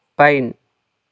pine